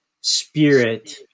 spirit